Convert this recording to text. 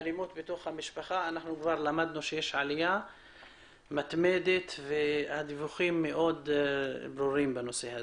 אלימות בתוך המשפחה למדנו שיש עלייה מתמדת והדיווחים ברורים בנושא,